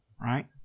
Right